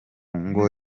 ngo